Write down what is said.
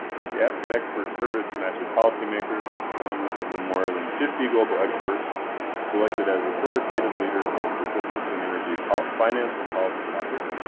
the ask an expert service matches policymakers with one of the more than fifty global experts selected as authoritative leaders on specific clean energy finance and policy topics.